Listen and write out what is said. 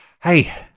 Hey